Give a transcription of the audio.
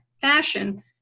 fashion